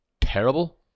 terrible